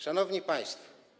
Szanowni Państwo!